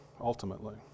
ultimately